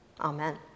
Amen